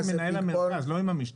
אתה מדבר עם מנהל המרכז, לא עם המשטרה.